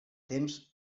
temps